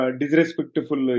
disrespectful